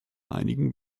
einigen